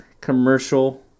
commercial